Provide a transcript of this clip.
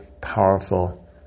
powerful